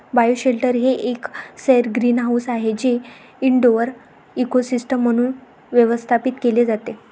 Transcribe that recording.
bioshelter हे एक सौर ग्रीनहाऊस आहे जे इनडोअर इकोसिस्टम म्हणून व्यवस्थापित केले जाते